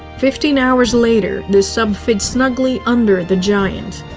fifteen hours later, the sub fit snuggly under the giant.